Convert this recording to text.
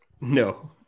no